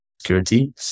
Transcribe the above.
security